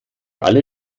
alle